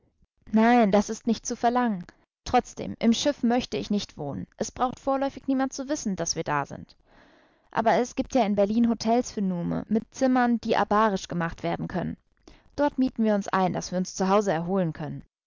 nein das ist nicht zu verlangen trotzdem im schiff möchte ich nicht wohnen es braucht vorläufig niemand zu wissen daß wir da sind aber es gibt ja in berlin hotels für nume mit zimmern die abarisch gemacht werden können dort mieten wir uns ein daß wir uns zu hause erholen können